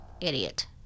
idiot